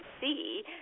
see